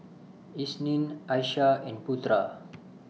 Isnin Aishah and Putra